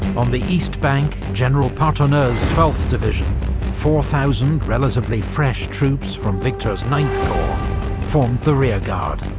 on the east bank, general partonneux's twelfth division four thousand relatively fresh troops from victor's ninth corps formed the rearguard.